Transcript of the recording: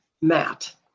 Matt